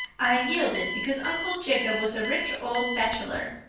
i yielded, because uncle jacob was a rich old bachelor.